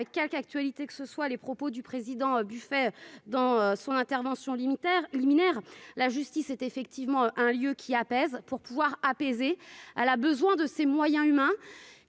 avec quelques actualité, que ce soit les propos du président buffet dans son intervention liminaire liminaire, la justice est effectivement un lieu qui apaise pour pouvoir apaiser ah la, besoin de ces moyens humains